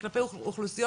לכן בכל מקרה